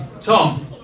Tom